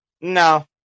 No